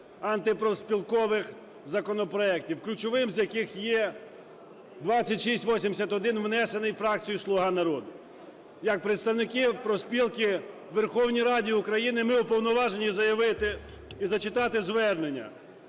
антипрофспілкових законопроектів, ключовим з яких є 2681, внесений фракцією "Слуга народу". Як представники профспілки у Верховній Раді України ми уповноважені заявити і зачитати звернення